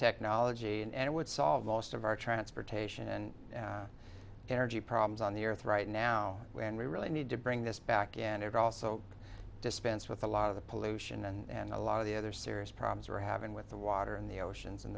technology and it would solve most of our transportation and energy problems on the earth right now when we really need to bring this back in and it also dispensed with a lot of the pollution and a lot of the other serious problems we're having with the water and the oceans and